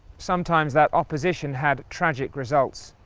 sometimes that opposition had tragic results.